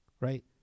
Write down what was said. right